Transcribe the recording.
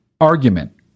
argument